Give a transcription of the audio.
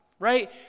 right